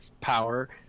power